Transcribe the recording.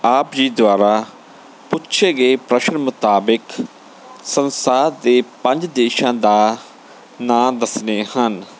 ਆਪ ਜੀ ਦੁਆਰਾ ਪੁੱਛੇ ਗਏ ਪ੍ਰਸ਼ਨ ਮੁਤਾਬਕ ਸੰਸਾਰ ਦੇ ਪੰਜ ਦੇਸ਼ਾਂ ਦਾ ਨਾਂ ਦੱਸਣੇ ਹਨ